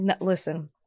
listen